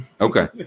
Okay